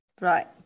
right